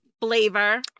flavor